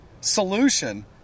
solution